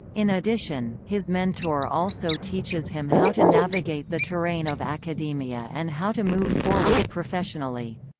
in addition, his mentor also teaches him how to navigate the terrain of academia and how to move forward professionally.